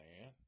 man